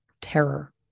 terror